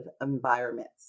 environments